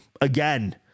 Again